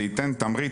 זה ייתן תמריץ,